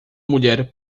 mulher